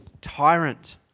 tyrant